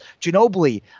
Ginobili